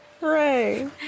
Hooray